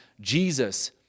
Jesus